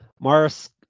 Mars